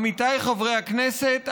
עמיתיי חברי הכנסת,